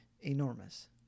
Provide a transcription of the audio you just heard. enormous